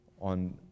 on